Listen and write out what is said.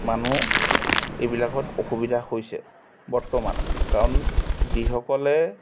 মানুহ এইবিলাকত অসুবিধা হৈছে বৰ্তমান কাৰণ যিসকলে